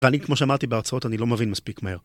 ואני, כמו שאמרתי בהרצאות, אני לא מבין מספיק מהר.